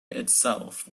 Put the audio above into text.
itself